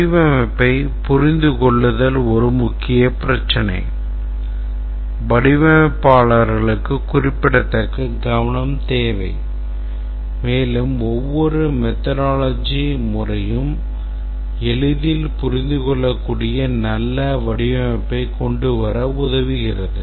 வடிவமைப்பை புரிந்துகொள்ளுதல் ஒரு முக்கிய பிரச்சினை வடிவமைப்பாளர்களுக்கு குறிப்பிடத்தக்க கவனம் தேவை மேலும் ஒவ்வொரு methodology முறையும் எளிதில் புரிந்துகொள்ளக்கூடிய நல்ல வடிவமைப்பைக் கொண்டு வர உதவுகிறது